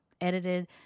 edited